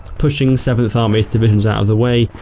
pushing seventh army's divisions out of the way,